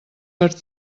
per